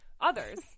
Others